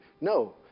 No